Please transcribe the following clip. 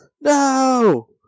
no